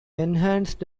enhanced